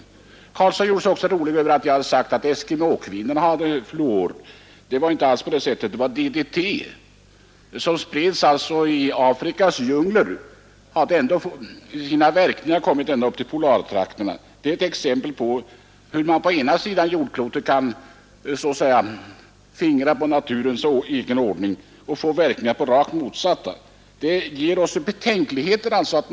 Herr Karlsson gjorde sig också rolig över att jag hade talat om att eskimåkvinnorna hade fått fluor. Det var inte så. Det gällde DDT, som spreds i Afrikas djungler men fick verkningar ända upp i polartrakterna. Det är ett exempel på hur man på ena sidan jordklotet kan ingripa i naturens ordning och få verkningar på den rakt motsatta sidan på jorden. Allt detta inger oss betänkligheter.